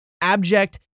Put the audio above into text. abject